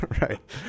Right